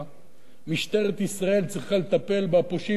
משטרת ישראל צריכה לטפל בפושעים ובעבריינים,